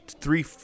three